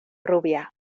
rubia